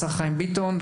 השר חיים ביטון,